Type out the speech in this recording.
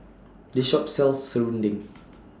This Shop sells Serunding